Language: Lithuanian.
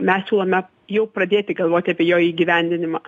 mes siūlome jau pradėti galvoti apie jo įgyvendinimą